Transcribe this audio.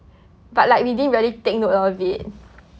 but like we didn't really take note of it